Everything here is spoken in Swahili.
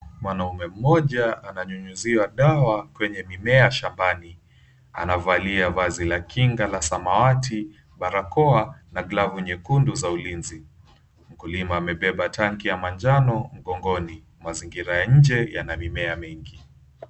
Mwanamume mmoja ananyunyizia dawa kwenye mimea shambani. Anavalia vazi la kinga la samawati, barakoa na glavu nyekundu za ulinzi. Mkulima amebeba tanki ya manjano mgongoni. Mazingira ya nje yana mimea mingi.